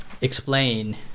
explain